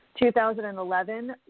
2011